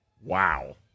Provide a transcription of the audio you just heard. Wow